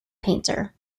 painter